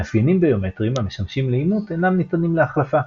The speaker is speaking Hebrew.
מאפיינים ביומטריים המשמשים לאימות אינם ניתנים להחלפה.